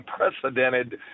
unprecedented